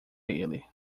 ele